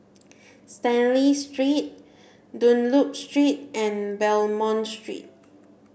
Stanley Street Dunlop Street and Belmont Road